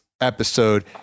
episode